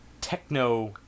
techno